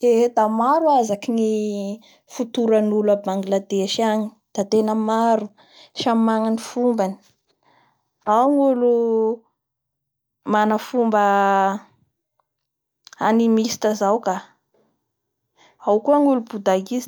Ny olo a Pakistan agny koa zay e!ny tena fivavahandreo agny da ny Islame sy ny Indou io zany ro fivavavahan'ny fanjaka angny da ny christianisme da tena anisan'ny vitsy kelikely